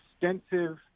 extensive